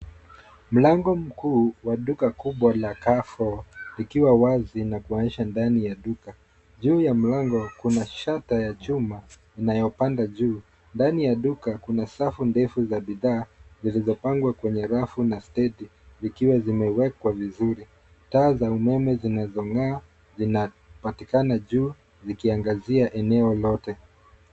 Mlango mkuu, wa duka kubwa la Carrefour, likiwa wazi na kuonyesha ndani ya duka. Juu ya mlango kuna shata ya chuma, inayopanda juu. Ndani ya duka kuna safu ndefu za bidhaa zilizopangwa kwenye rafu na stendi, zikiwa zimewekwa vizuri. Taa za umeme zinazong'aa zinapatikana juu, zikiangazia eneo lote.